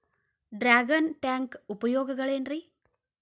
Dragon tank ಉಪಯೋಗಗಳೆನ್ರಿ?